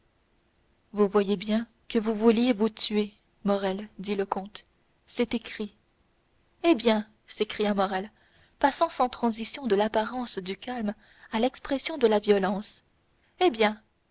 vous voyez bien que vous vouliez vous tuer morrel dit le comte c'est écrit eh bien s'écria morrel passant sans transition de l'apparence du calme à l'expression de la violence eh bien